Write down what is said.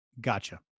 Gotcha